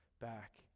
back